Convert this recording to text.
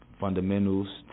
fundamentals